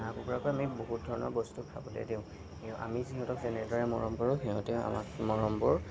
হাঁহ কুকুৰাকো আমি বহুত ধৰণৰ বস্তু খাবলৈ দিওঁ আমি সিহঁতক যেনেদৰে মৰম কৰো সিহঁতেও আমাক মৰমবোৰ